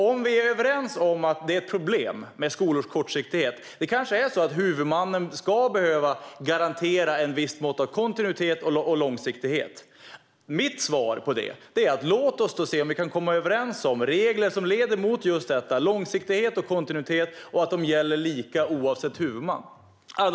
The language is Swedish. Om vi är överens om att det är ett problem med skolors kortsiktighet - det kanske är så att huvudmannen ska behöva garantera ett visst mått av kontinuitet och långsiktighet - är mitt svar: Låt oss då se om vi kan komma överens om regler som leder till just detta, alltså långsiktighet och kontinuitet och att de gäller lika oavsett huvudman.